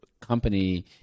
company